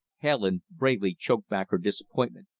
helen bravely choked back her disappointment.